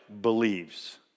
believes